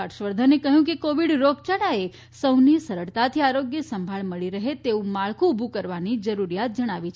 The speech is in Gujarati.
હર્ષવર્ધને કહ્યું કે કોવિડ રોગયાળાએ સૌને સરળતાથી આરોગ્ય સંભાળ મળી રહે તેવું માળખું ઉભુ કરવાની જરૂરિયાત જણાવી છે